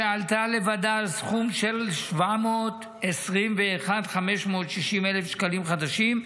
שעלתה לבדה על סכום של 721,560 שקלים חדשים,